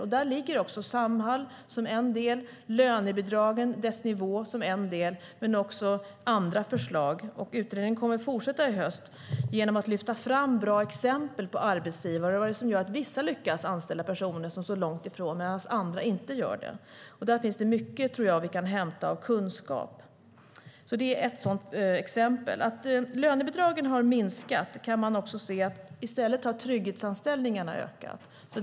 Samhall är en del i detta och lönebidragen och nivån på dem en annan del. Här finns också andra förslag. Utredningen kommer att fortsätta i höst genom att lyfta fram bra exempel på arbetsgivare. Vad är det som gör att vissa lyckas anställa personer som står långt ifrån medan andra inte gör det? Här finns mycket kunskap att hämta. Lönebidragen har minskat, men i stället har trygghetsanställningarna ökat.